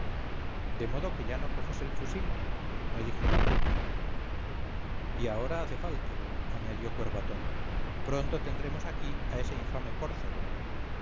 de modo que ya no coges el fusil me dijo d roque y ahora hace falta añadió cuervatón pronto tendremos aquí a ese infame córcego